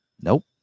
nope